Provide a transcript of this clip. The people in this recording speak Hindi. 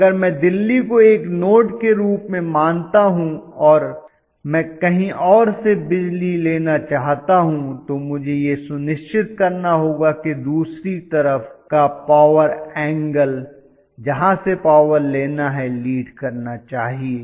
अगर मैं दिल्ली को एक नोड के रूप में मानता हूं और मैं कहीं और से बिजली लेना चाहता हूं तो मुझे यह सुनिश्चित करना होगा कि दूसरी तरफ का पावर एंगल जहां से पावर लेना है लीड करना चाहिए